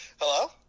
Hello